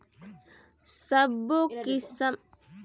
सब्बो किसम के पशु के रहें के जघा ल साफ सफई करे बर परथे